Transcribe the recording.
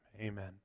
Amen